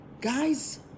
guys